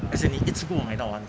as in 你一次过买到完